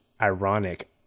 ironic